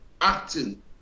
acting